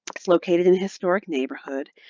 it's located in a historic neighborhood.